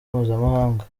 mpuzamahanga